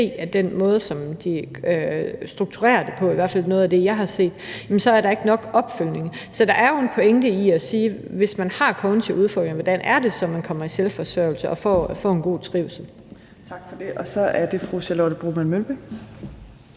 til den måde, som de strukturerer det på, i hvert fald noget af det, jeg har set, så er der ikke nok opfølgning. Så der er jo en pointe i at sige, at hvis man har kognitive udfordringer, hvordan kommer man så i selvforsørgelse og får en god trivsel? Kl. 17:52 Fjerde næstformand